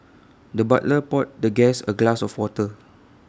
the butler poured the guest A glass of water